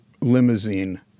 limousine